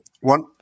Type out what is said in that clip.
one